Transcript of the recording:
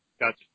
Gotcha